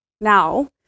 now